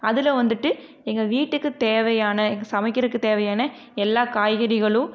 அதில் வந்துட்டு எங்கள் வீட்டுக்கு தேவையான சமைக்கிறதுக்கு தேவையான எல்லா காய்கறிகளும்